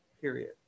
Period